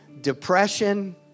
depression